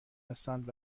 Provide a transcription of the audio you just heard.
هستند